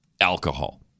alcohol